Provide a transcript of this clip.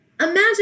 Imagine